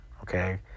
Okay